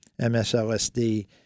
MSLSD